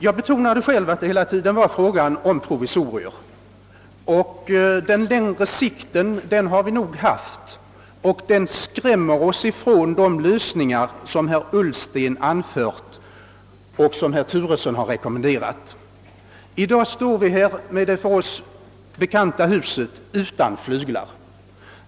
Jag betonade själv att det genomgående var fråga om provisorier. I själva verket är det tanken på det längre perspektivet som avhåller oss från de lösningar, som herr Ullsten I dag står vid med det för oss bekanta huset utan flyglar.